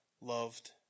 loved